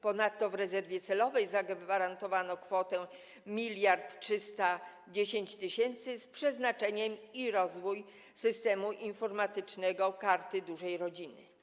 Ponadto w rezerwie celowej zagwarantowano kwotę 1310 tys. zł na utrzymanie i rozwój systemu informatycznego Karty Dużej Rodziny.